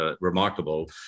remarkable